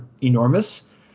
enormous